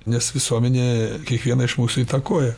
nes visuomenė kiekvieną iš mūsų įtakoja